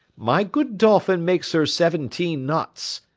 my good dolphin makes her seventeen knots,